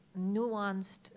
nuanced